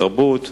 התרבות והספורט.